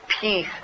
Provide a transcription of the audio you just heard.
peace